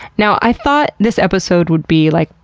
now, i thought this episode would be like,